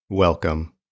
Welcome